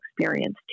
experience